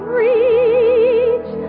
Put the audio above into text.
reach